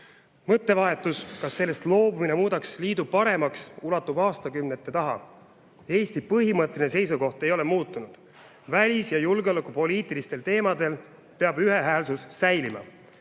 Mõttevahetus, kas sellest loobumine muudaks liidu paremaks, ulatub aastakümnete taha. Eesti põhimõtteline seisukoht ei ole muutunud: välis- ja julgeolekupoliitilistel teemadel peab ühehäälsus säilima.